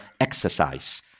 exercise